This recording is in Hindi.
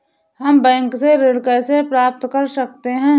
हम बैंक से ऋण कैसे प्राप्त कर सकते हैं?